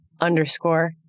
underscore